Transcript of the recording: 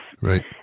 Right